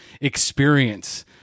experience